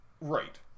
Right